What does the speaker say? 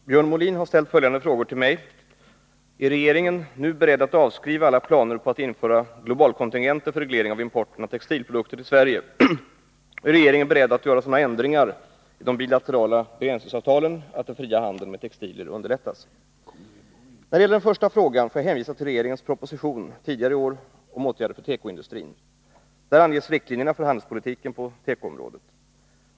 Herr talman! Björn Molin har ställt följande frågor till mig: 1. Är regeringen nu beredd att avskriva alla planer på att införa s.k. globalkontingenter för reglering av importen av textilprodukter till Sverige? 2. Är regeringen beredd att göra sådana ändringar i de bilaterala textilbegränsningsavtalen att den fria handeln med textilprodukter underlättas? Vad gäller första frågan får jag hänvisa till regeringens proposition tidigare i år om åtgärder för tekoindustrin. Där anges riktlinjerna för handelspolitiken på tekoområdet.